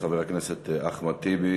חבר הכנסת אחמד טיבי.